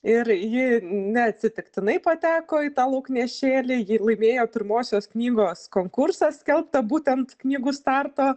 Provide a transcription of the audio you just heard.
ir ji neatsitiktinai pateko į tą lauknešėlį ji laimėjo pirmosios knygos konkursą skelbtą būtent knygų starto